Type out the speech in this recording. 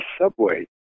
subway